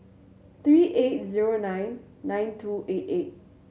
three eight zero nine nine two eight eight